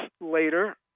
later